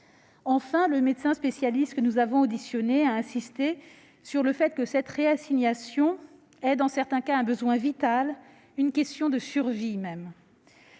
Enfin, le médecin spécialiste que nous avons auditionné a insisté sur le fait que cette réassignation est, dans certains cas, un besoin vital, une question de survie même.